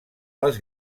les